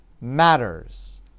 matters